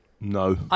No